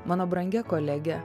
mano brangia kolege